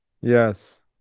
Yes